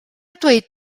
dweud